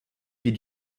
bee